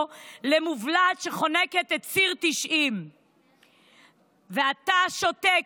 למובלעת שחונקת את ציר 90 ואתה שותק,